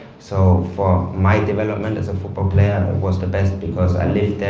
so for my development as a football player, it was the best because i live